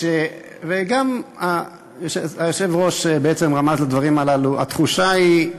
וגם היושב-ראש בעצם רמז לדברים הללו: התחושה היא,